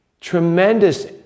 tremendous